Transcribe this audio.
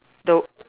though